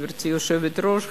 גברתי היושבת-ראש,